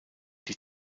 die